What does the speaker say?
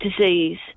disease